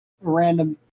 random